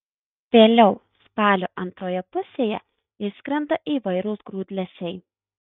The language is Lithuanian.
vėliau spalio antroje pusėje išskrenda įvairūs grūdlesiai